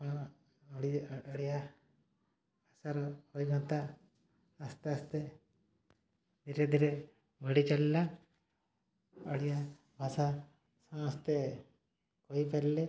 ଆପଣ ଓଡ଼ିଆଭାଷାର ଅଭିଜ୍ଞତା ଆସ୍ତେ ଆସ୍ତେ ଧୀରେ ଧୀରେ ବଢ଼ି ଚାଲିଲା ଓଡ଼ିଆଭାଷା ସମସ୍ତେ କହିପାରିଲେ